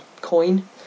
coin